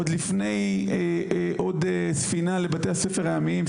עוד לפני עוד ספינה לבתי הספר הימיים,